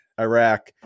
Iraq